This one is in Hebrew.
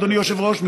אדוני היושב-ראש,